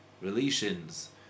relations